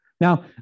Now